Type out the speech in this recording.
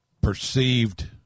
perceived